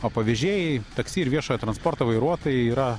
o pavėžėjai taksi ir viešojo transporto vairuotojai yra